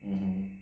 mmhmm